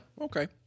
okay